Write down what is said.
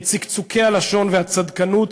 את צקצוקי הלשון והצדקנות,